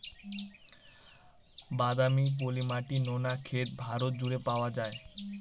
বাদামি, পলি মাটি, নোনা ক্ষেত ভারত জুড়ে পাওয়া যায়